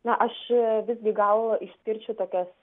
na aš visgi gal išskirčiau tokias